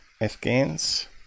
afghans